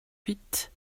huit